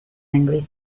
angry